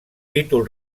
títol